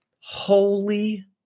Holy